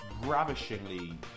ravishingly